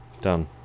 Done